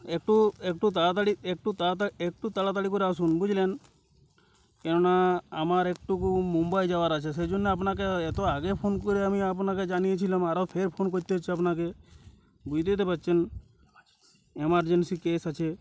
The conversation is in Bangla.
একটু একটু তাড়াতাড়ি একটু তাড়াতাড়ি একটু তাড়াতাড়ি করে আসুন বুঝলেন কেননা আমার একটু মুম্বাই যাওয়ার আছে সেই জন্য আপনাকে এত আগে ফোন করে আমি আপনাকে জানিয়েছিলাম আরো ফের ফোন করতে হচ্ছে আপনাকে বুঝতেই তো পারছেন ইমারজেন্সি কেস আছে